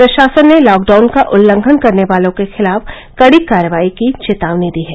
प्रशासन ने लॉकडाउन का उल्लंघन करने वालों के खिलाफ कड़ी कार्रवाई की चेतावनी दी है